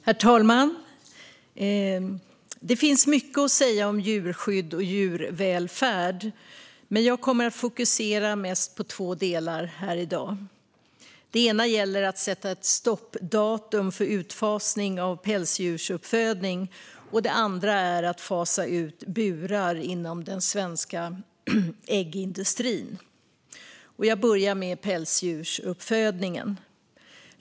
Herr talman! Det finns mycket att säga om djurskydd och djurvälfärd, men jag kommer att fokusera mest på två delar här i dag. Det ena gäller att sätta ett stoppdatum för utfasning av pälsdjursuppfödning, och det andra är att fasa ut burar inom den svenska äggindustrin. Jag börjar med pälsdjursuppfödningen.